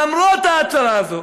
למרות ההצהרה הזאת,